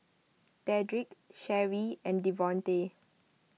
Dedrick Sharee and Devonte